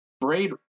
Braid